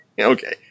okay